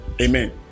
amen